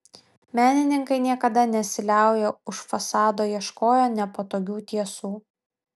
menininkai niekada nesiliauja už fasado ieškoję nepatogių tiesų